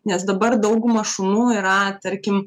nes dabar dauguma šunų yra tarkim